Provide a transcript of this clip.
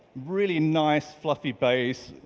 really nice, fluffy base,